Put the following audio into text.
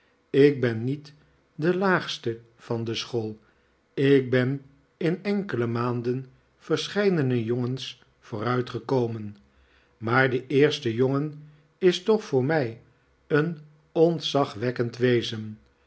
ik ben niet de laagste van de school ik ben in enkele maanden verscheidene jongens vooruit gekomen maar de eerste jongen is toch voor mij een ontzagwekkend wezen